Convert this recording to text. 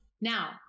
Now